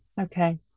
okay